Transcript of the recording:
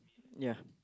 ya